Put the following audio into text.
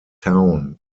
town